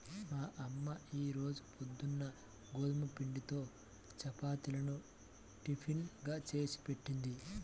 మా అమ్మ ఈ రోజు పొద్దున్న గోధుమ పిండితో చపాతీలను టిఫిన్ గా చేసిపెట్టింది